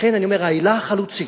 לכן אני אומר: ההילה החלוצית